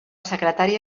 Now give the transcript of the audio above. secretari